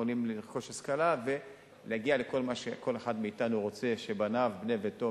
יכולים לרכוש השכלה ולהגיע לכל מה שכל אחד מאתנו רוצה שבניו ובני ביתו,